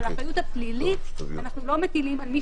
אבל האחריות הפלילית - אנו לא מטילים על מי